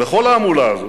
בכל ההמולה הזאת,